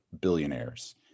billionaires